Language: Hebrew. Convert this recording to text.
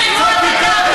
חקיקה אנושית,